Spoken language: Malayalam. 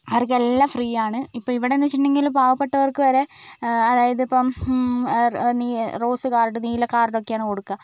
അവർക്കെല്ലാം ഫ്രീ ആണ് ഇപ്പം ഇവിടെയെന്നു വെച്ചിട്ടുണ്ടെങ്കിൽ പാവപ്പെട്ടവർക്ക് വരെ അതായത് ഇപ്പം റോസ് കാർഡ് നീല കാർഡൊക്കെയാണ് കൊടുക്കുക